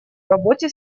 работе